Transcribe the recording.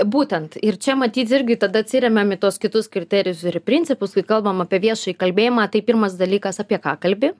būtent ir čia matyt irgi tada atsiremiam į tuos kitus kriterijus ir į principus kai kalbam apie viešąjį kalbėjimą tai pirmas dalykas apie ką kalbi